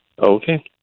Okay